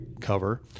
cover